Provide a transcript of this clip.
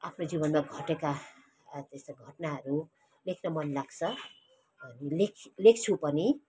आफ्नो जीवनमा घटेका त्यस्ता घटनाहरू लेख्न मन लाग्छ लेख लेख्छु पनि